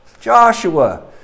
Joshua